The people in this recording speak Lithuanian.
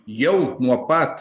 jau nuo pat